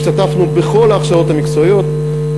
השתתפנו בכל ההכשרות המקצועיות,